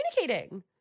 communicating